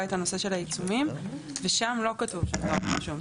את הנושא של העיצומים ושם לא כתוב שזה יהיה בדואר רשום.